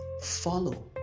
follow